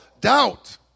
doubt